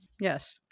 Yes